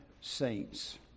saints